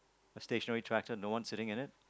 a stationary tractor no one sitting in it